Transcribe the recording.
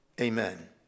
Amen